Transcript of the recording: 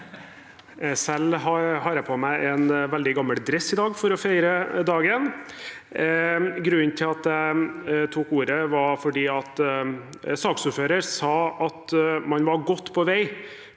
Selv har jeg på meg en veldig gammel dress i dag for å feire dagen. Grunnen til at jeg tok ordet, var at saksordføreren sa at man var «godt på vei»